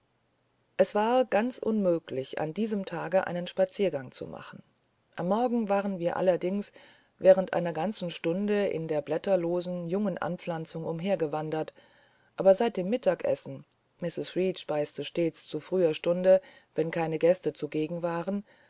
es war ganz unmöglich an diesem tage einen spaziergang zu machen am morgen waren wir allerdings während einer ganzen stunde in den blätterlosen jungen anpflanzungen umhergewandert aber seit dem mittagessen mrs reed speiste stets zu früher stunde wenn keine gäste zugegen waren